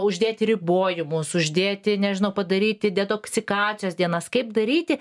uždėti ribojimus uždėti nežinau padaryti detoksikacijos dienas kaip daryti